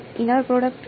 inner product ો